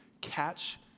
catch